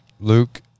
luke